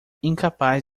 incapaz